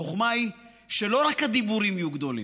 החוכמה היא שלא רק הדיבורים יהיו גדולים,